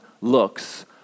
looks